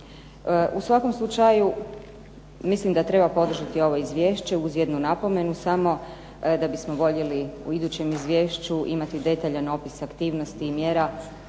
U svakom slučaju mislim da treba podržati ovo izvješće uz jednu napomenu samo, da bismo voljeli u idućem izvješću imati detaljan opis aktivnosti i mjera